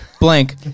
blank